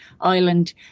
island